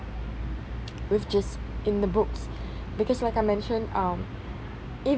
with just in the books because like I mentioned uh if